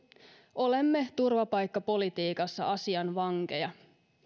olemme turvapaikkapolitiikassa asian vankeja